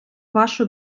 вашу